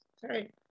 Sorry